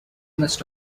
must